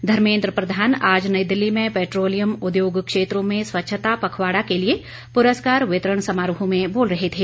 धर्मेन्द्र प्रधान आज नई दिल्ली में पेट्रोलियम उद्योग क्षेत्रों में स्वच्छता पखवाडा के लिए पुरस्कार वितरण समारोह में बोल रहे थे